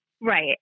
Right